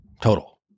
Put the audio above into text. total